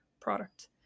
product